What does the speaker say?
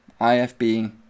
IFB